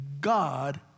God